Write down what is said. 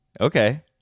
Okay